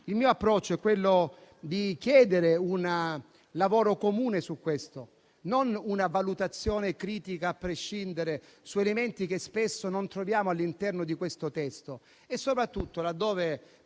Il mio approccio è quindi quello di chiedere un lavoro comune su questo, non una valutazione critica a prescindere su elementi che spesso non troviamo all'interno di questo testo e soprattutto, laddove